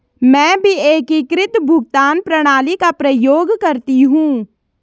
मैं भी एकीकृत भुगतान प्रणाली का प्रयोग करती हूं